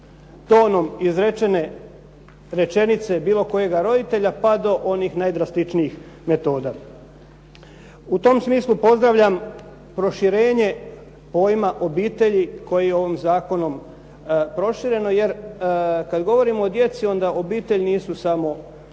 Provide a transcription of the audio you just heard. tonom izrečene rečenice bilo kojega roditelja, pa do onih najdrastičnijih metoda. U tom smislu pozdravljam proširenje pojma obitelji koje je ovim zakonom prošireno, jer kada govorimo o djeci, onda obitelj samo nisu zaista roditelji,